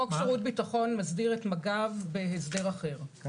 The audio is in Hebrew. חוק שירות ביטחון מסדיר את מג"ב בהסדר אחר לחלוטין.